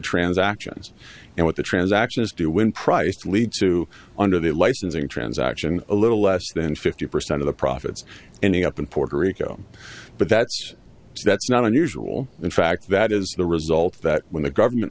transaction is do when price leads to under the licensing transaction a little less than fifty percent of the profits ending up in puerto rico but that's that's not unusual in fact that is the result that when the government